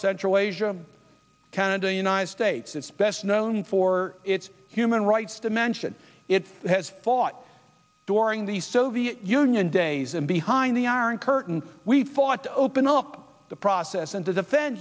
central asia canada the united states it's best known for its human rights dimension it has fought during the soviet union days and behind the iron curtain we thought to open up the process and to defen